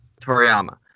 Toriyama